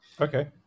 Okay